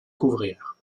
couvrir